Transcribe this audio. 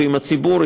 ועם הציבור,